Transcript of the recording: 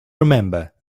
remember